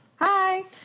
Hi